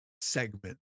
segment